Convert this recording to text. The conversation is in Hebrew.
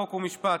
חוק ומשפט,